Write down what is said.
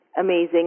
amazing